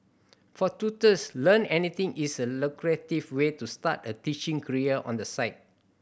for tutors Learn Anything is a lucrative way to start a teaching career on the side